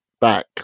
back